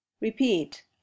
Repeat